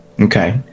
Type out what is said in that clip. Okay